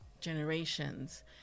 generations